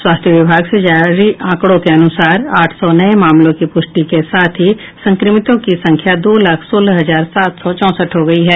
स्वास्थ्य विभाग से जारी आंकड़ों के अनुसार आठ सौ नये मामलों की पुष्टि के साथ ही संक्रमितों की संख्या दो लाख सोलह हजार सात सौ चौंसठ हो गयी है